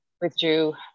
withdrew